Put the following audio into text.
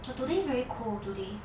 but today very cool today